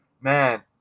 man